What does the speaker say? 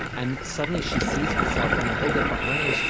and suddenly, she sees herself in a whole different way, and she's